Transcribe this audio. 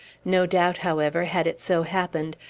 no doubt, however, had it so happened,